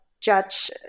judge